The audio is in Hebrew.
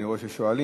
אני רואה ששואלים,